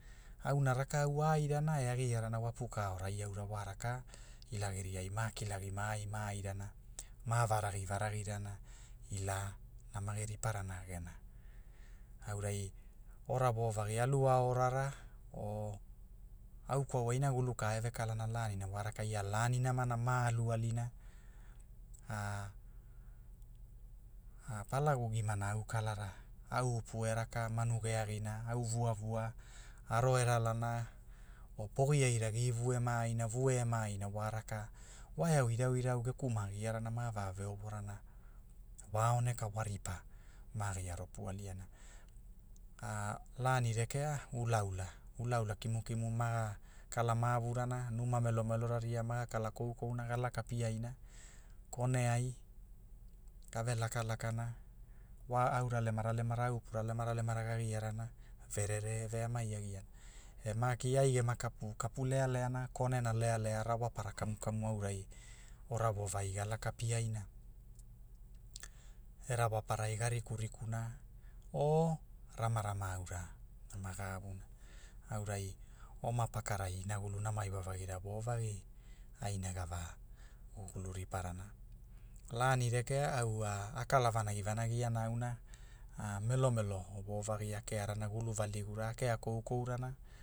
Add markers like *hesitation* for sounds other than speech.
Auna rakau a airana e agiarana wa puka aorai wa raka, ila geria maa kilagi maai maai rana, ma varagi varagirana, ila, na mage riparana gena, aurai, ora vovagi alu au orara, o au kwaua inagulu ka e ve kalana lanina wa raka ia lani namana ma alu alina *hesitation* Palagugimana au kalara, au upu e raka manu ge agina au vuavua aro e ralana, o pogi aira givu e maaina vue e maaina wa raka, wa e au irau irau geku ma giarana ma va veovovana, wa aoneka wa ripa, ma gia ropu aliana, *hesitation* lan rekea, ula ula, ula ula. kimu kimu maga, kala mavurana numa melo melora ria maga kala koukouna ga laka piaina, kone ai, gave laka lakana, wa au ralema ralemara au upura ralema ralemara ga giarana verere e veamaina e maki ai gema kapu, kapu lealeanana konena lealeara rawapara kamu kamu aurai, ora vovagi ga laka piaina, e rawaparai ga rikurikuna, o, namarama aura, maga avuna, aurai, oma pakarai inagulu nama iwavagira wovagi, aina ga va, gugulu riparana, lani rekea au wa, a kala vanagi vanagiana auna, *hesitation* melo melo wo vagi a kearana gulu valigura a kea koukourana